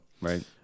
Right